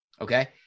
Okay